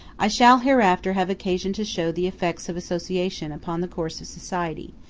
i shall hereafter have occasion to show the effects of association upon the course of society,